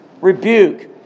rebuke